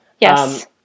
Yes